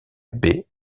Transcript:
baie